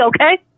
okay